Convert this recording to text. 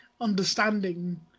understanding